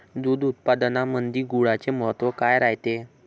दूध उत्पादनामंदी गुळाचे महत्व काय रायते?